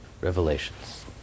revelations